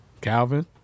Calvin